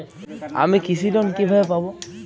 আমি কৃষি লোন কিভাবে পাবো?